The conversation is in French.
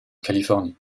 californie